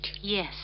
Yes